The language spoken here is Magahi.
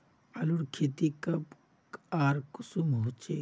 आलूर खेती कब आर कुंसम होचे?